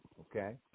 Okay